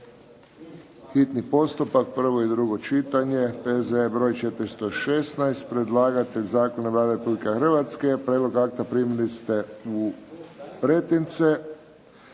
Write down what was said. hini postupak, prvo i drugo čitanje, P.Z. broj 416 Predlagatelj je Vlada Republike Hrvatske. Prijedlog akta primili ste u pretince.